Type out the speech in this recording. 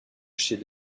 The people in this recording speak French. chez